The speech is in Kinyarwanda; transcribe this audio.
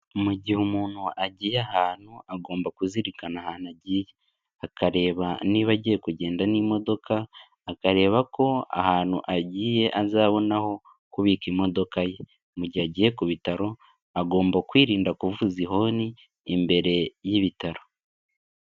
Mu gihe umuntu agiye ahantu agomba kuzirikana ahantu agiye, akareba niba agiye kugenda n'imodoka, akareba ko ahantu agiye azabona aho kubika imodoka ye, mu gihe agiye ku bitaro agomba kwirinda kuvuza ihoni imbere y'ibitaro.